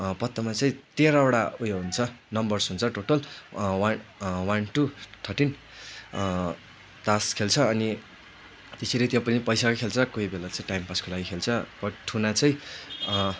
पत्तामा चाहिँ तेह्रवटा उयो हुन्छ नम्बर्स हुन्छ total one one two thirteen तास खेल्छ अनि त्यसरी त्यो पनि पैसाकै खेल्छ कोही बेला चाहिँ टाइम पासको लागि खेल्छ बट ठुना चाहिँ